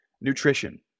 Nutrition